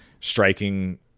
striking